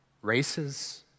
Races